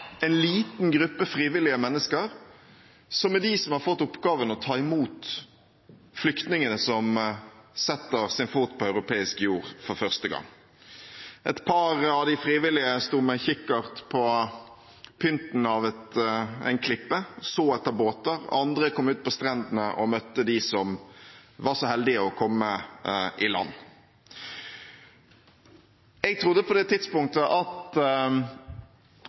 en liten gruppe frivillige mennesker som har fått oppgaven å ta imot flyktningene som setter sin fot på europeisk jord for første gang. Et par av de frivillige sto med kikkert på pynten av en klippe og så etter båter, andre kom ut på strendene og møtte dem som var så heldige å komme i land. Jeg trodde på det tidspunktet at